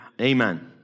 Amen